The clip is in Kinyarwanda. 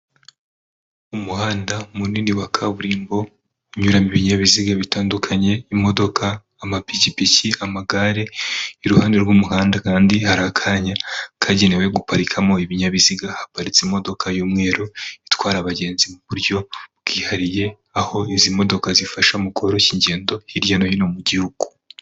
Umuhanda munini wa kaburimbo unyuramo ibinyabiziga bitandukanye, imodoka, amapikipiki, amagare, iruhande rw'umuhanda kandi hari akanya kagenewe guparikamo ibinyabiziga, haparitse imodoka y'umweru itwara abagenzi mu buryo bwihariye, aho izi modoka zifasha mu koroshya ingendo hirya no hino mu Gihugu.